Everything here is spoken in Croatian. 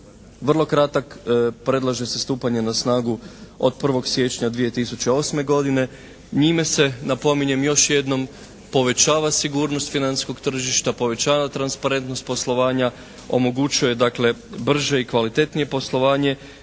vrlo kratak, predlaže se stupanje na snagu od 1. siječnja 2008. godine. Njime se napominjem još jednom povećava sigurnost financijskog tržišta, povećava transparentnost poslovanja, omogućuje dakle brže i kvalitetnije poslovanje